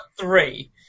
three